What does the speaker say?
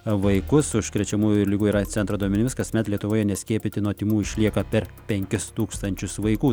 vaikus užkrečiamųjų ligų ir aids centro duomenimis kasmet lietuvoje neskiepyti nuo tymų išlieka per penkis tūkstančius vaikų